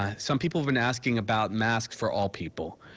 um some people have been asking about masks for all people.